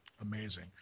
amazing